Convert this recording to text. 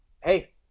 hey